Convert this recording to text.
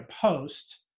post